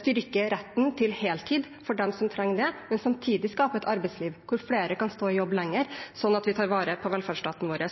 styrke retten til heltid for dem som trenger det, men samtidig skape et arbeidsliv der flere kan stå i jobb lenger, slik at vi tar vare på velferdsstaten vår.